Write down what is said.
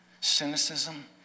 Cynicism